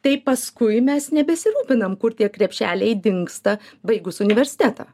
tai paskui mes nebesirūpinam kur tie krepšeliai dingsta baigus universitetą